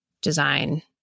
design